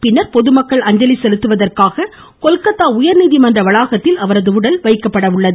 பின்னர் பொதுமக்கள் அஞ்சலி செலத்துவதற்காக கொல்கத்தா உயர்நீதிமன்ற வளாகத்தில் வைக்கப்படுகிறது